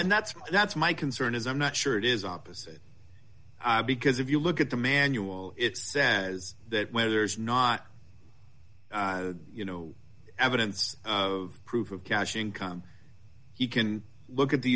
and that's that's my concern is i'm not sure it is opposite because if you look at the manual it says that where there is not you know evidence of proof of cash income he can look at the